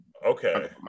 okay